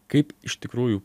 kaip iš tikrųjų